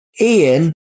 Ian